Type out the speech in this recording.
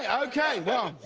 ah okay. well,